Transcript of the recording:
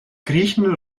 griechen